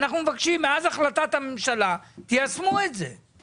אנחנו מבקשים מאז החלטת הממשלה תיישמו את זה.